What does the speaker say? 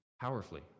powerfully